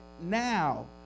now